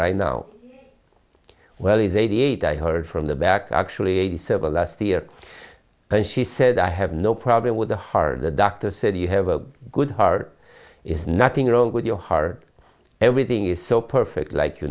right now well he's eighty eight i heard from the back actually eighty seven last year and she said i have no problem with the hard the doctor said you have a good heart is nothing wrong with your heart everything is so perfect like you